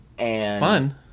Fun